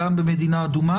גם במדינה אדומה,